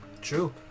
True